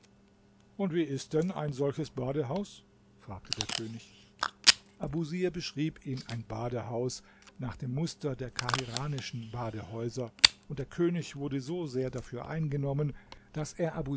und wie ist denn ein solches badehaus fragte der könig abusir beschrieb ihm ein badehaus nach dem muster der kahiranischen badehäuser und der könig wurde so sehr dafür eingenommen daß er